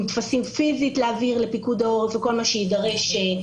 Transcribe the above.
טפסים פיזיים להעביר לפיקוד העורף וכל מה שיידרש להיערכות הפיזית.